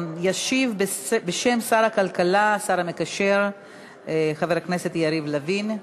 ישיב בשם שר הכלכלה השר המקשר חבר הכנסת יריב לוין.